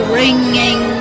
ringing